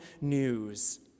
news